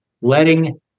letting